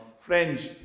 Friends